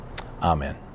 Amen